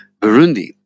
Burundi